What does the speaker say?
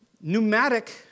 pneumatic